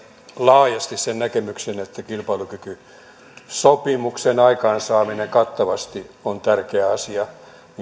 laajasti sen näkemyksen että kilpailukykysopimuksen aikaansaaminen kattavasti on tärkeä asia niin